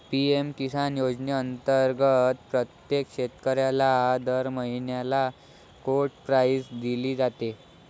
PM Kisan योजनेअंतर्गत प्रत्येक शेतकऱ्याला दर महिन्याला कोड प्राईज दिली जाते